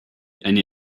eine